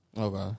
okay